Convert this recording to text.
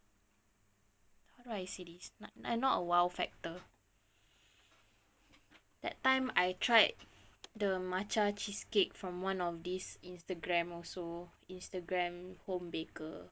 how do I say this like not a !wow! factor that time I tried the matcha cheesecake from one of these instagram also instagram home baker